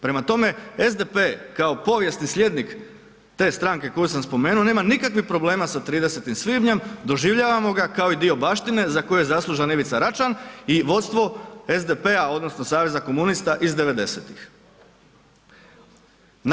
Prema tome, SDP kao povijesni slijednik te stranke koju sam spomenuo nema nikakvih problema sa 30. svibnjem doživljavamo ga kao i dio baštine za koju je zaslužan Ivica Račan i vodstvo SDP-a odnosno saveza komunista iz '90,-tih.